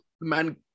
man